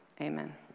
Amen